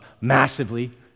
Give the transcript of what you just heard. massively